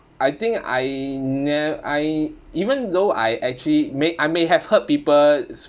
I think I ne~ I even though I actually may I may have hurt people's